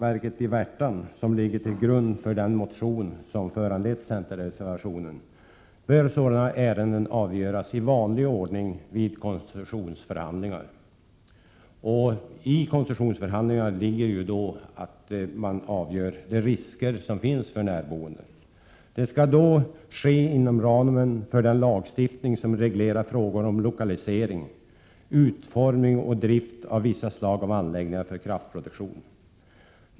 Det är detta som ligger till grund för den motion som föranlett centerreservationen. Sådana ärenden bör avgöras i vanlig ordning vid koncessionsförhandlingar. I koncessionsförhandlingarna avgörs de risker som finns för närboende. Det skall ske inom ramen för den lagstiftning som reglerar frågor om lokalisering, utformning och drift av vissa slag av anläggningar för kraftproduktion.